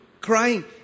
crying